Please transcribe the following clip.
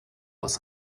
was